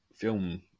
Film